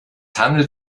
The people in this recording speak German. handelt